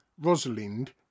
Rosalind